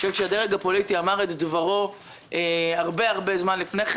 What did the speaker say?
אני חושבת שהדרג הפוליטי אמר את דברו הרבה הרבה זמן לפני כן